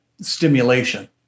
stimulation